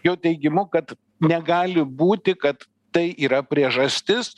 jo teigimu kad negali būti kad tai yra priežastis